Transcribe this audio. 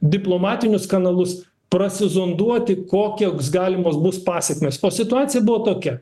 diplomatinius kanalus prasizonduoti kokios galimos bus pasekmės o situacija buvo tokia